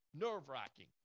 Nerve-wracking